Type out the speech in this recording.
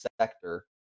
sector